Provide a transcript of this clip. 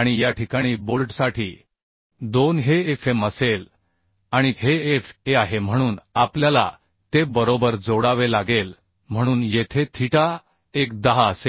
आणि या ठिकाणी बोल्टसाठी 2 हे Fm असेल आणि हे Fa आहे म्हणून आपल्याला ते बरोबर जोडावे लागेल म्हणून येथे थीटा 1 10 असेल